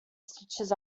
stitches